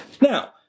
Now